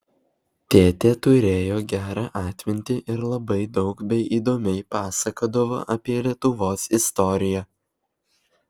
tėtė turėjo gerą atmintį ir labai daug bei įdomiai pasakodavo apie lietuvos istoriją